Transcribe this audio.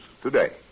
today